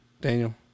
Daniel